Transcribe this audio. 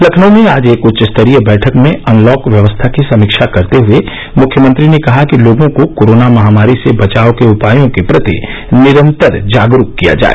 लखनऊ में आज एक उच्च स्तरीय बैठक में अनलॉक व्यवस्था की समीक्षा करते हए मुख्यमंत्री ने कहा कि लोगों को कोरोना महामारी से बचाव के उपायों के प्रति निरन्तर जागरूक किया जाए